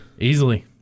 easily